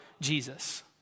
Jesus